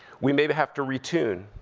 we may have to retune.